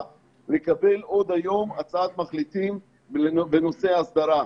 ולקבל עוד היום הצעת מחליטים בנושא ההסדרה.